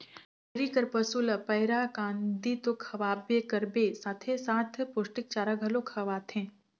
dairy कर पसू ल पैरा, कांदी तो खवाबे करबे साथे साथ पोस्टिक चारा घलो खवाथे